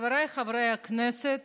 חבריי חברי הכנסת